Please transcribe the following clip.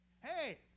Hey